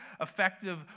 effective